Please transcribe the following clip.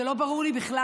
זה לא ברור לי בכלל.